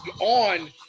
on